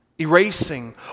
Erasing